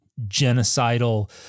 genocidal